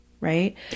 Right